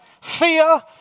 Fear